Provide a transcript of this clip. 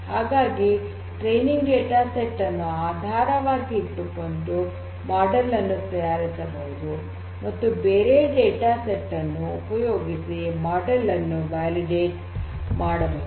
ಹಾಗಾಗಿ training data set ಅನ್ನು ಆಧಾರವಾಗಿ ಇಟ್ಟುಕೊಂಡು ಮಾಡೆಲ್ ಅನ್ನು ತಯಾರಿಸಬಹುದು ಮತ್ತು ಬೇರೆ ಡೇಟಾ ಸೆಟ್ ಅನ್ನು ಉಪಯೋಗಿಸಿ ಮಾಡೆಲ್ ಅನ್ನು ವ್ಯಾಲಿಡೇಟ್ ಮಾಡಬಹುದು